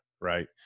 Right